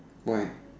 why